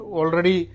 already